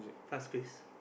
fast pace